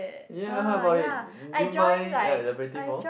yea how about it do you mind yea interpreting more